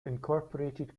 incorporated